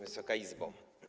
Wysoka Izbo!